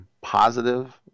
positive